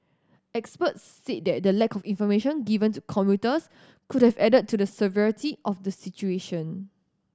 experts said that the lack of information given to commuters could have added to the severity of the situation